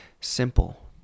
simple